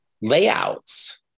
layouts